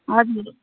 हजुर